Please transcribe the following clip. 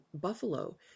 buffalo